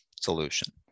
solution